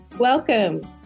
Welcome